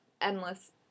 endless